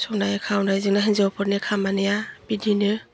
संनाय खावनायजोंनो हिनजावफोरनि खामानिया बिदिनो